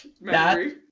memory